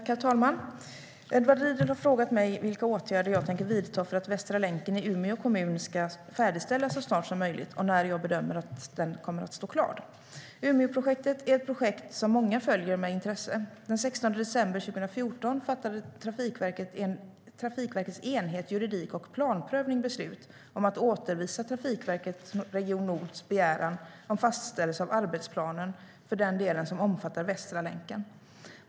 Herr talman! Edward Riedl har frågat mig vilka åtgärder jag tänker vidta för att Västra länken i Umeå kommun ska färdigställas så snart som möjligt och när jag bedömer att den kommer att stå klar. Umeåprojektet är ett projekt som många följer med intresse. Den 16 december 2014 fattade Trafikverkets enhet Juridik och Planprövning beslut om att återförvisa Trafikverket Region Nords begäran om fastställelse av arbetsplanen för delen som omfattar Västra länken.